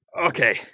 Okay